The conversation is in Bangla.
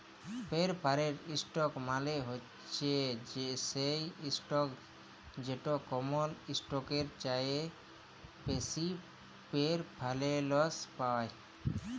পেরফারেড ইসটক মালে হছে সেই ইসটক যেট কমল ইসটকের চাঁঁয়ে বেশি পেরফারেলস পায়